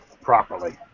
properly